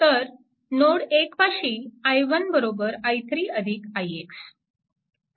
तर नोड 1 पाशी i1 i3 ix